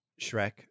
Shrek